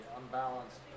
unbalanced